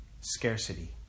scarcity